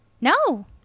no